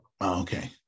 Okay